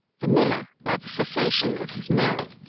the miller by the cessation of his mill,